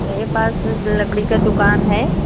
मेरे पास लकड़ी की दुक़ान है